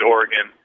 Oregon